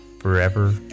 forever